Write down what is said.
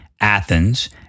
Athens